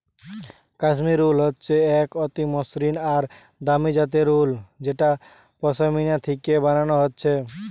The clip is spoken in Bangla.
কাশ্মীর উল হচ্ছে এক অতি মসৃণ আর দামি জাতের উল যেটা পশমিনা থিকে বানানা হচ্ছে